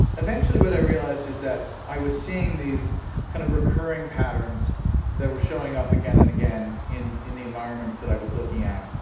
eventually what i realized is that i was seeing these kind of recurring patterns that were showing up again and again in in the environments that i was looking at.